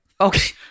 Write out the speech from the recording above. Okay